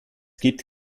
gibt